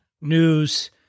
news